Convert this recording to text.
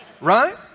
Right